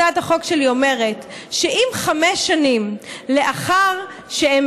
הצעת החוק שלי אומרת שאם חמש שנים לאחר שהם